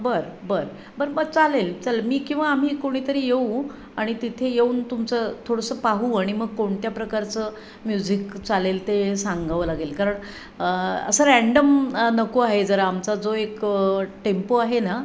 बरं बरं बरं बरं चालेल चालेल मी किंवा आम्ही कोणीतरी येऊ आणि तिथे येऊन तुमचं थोडंसं पाहू आणि मग कोणत्या प्रकारचं म्युझिक चालेल ते सांगावं लागेल कारण असं रॅन्डम नको आहे जरा आमचा जो एक टेम्पो आहे ना